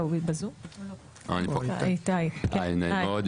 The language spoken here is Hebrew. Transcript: נעים מאוד.